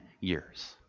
years